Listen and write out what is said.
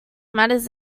matters